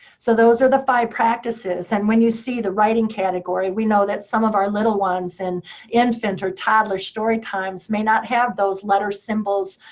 so the are the five practices. and when you see the writing category, we know that some of our little ones and infant or toddler story times may not have those letter symbols,